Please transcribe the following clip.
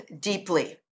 deeply